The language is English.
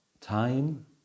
time